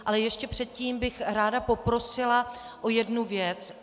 Ale ještě předtím bych ráda poprosila o jednu věc.